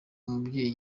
umubyeyi